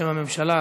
בשם הממשלה,